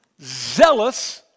zealous